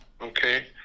Okay